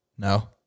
No